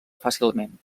fàcilment